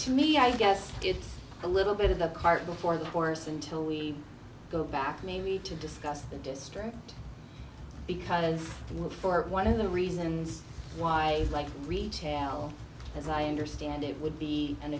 to me i guess it's a little bit of the cart before the horse until we go back maybe to discuss history because for one of the reasons why i like retail as i understand it would be an